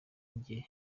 njye